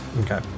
Okay